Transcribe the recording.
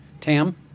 Tam